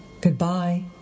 Goodbye